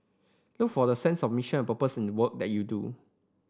look for the sense of mission and purpose in the work that you do